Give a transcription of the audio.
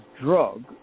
drug